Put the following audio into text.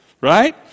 right